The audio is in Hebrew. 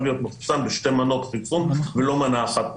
להיות מחוסן בשתי מנות חיסון ולא מנה אחת,